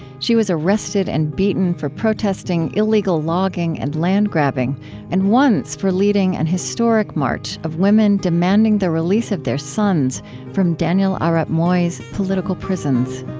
she was arrested and beaten for protesting illegal logging and land grabbing and once for leading an and historic march of women demanding the release of their sons from daniel arap moi's political prisons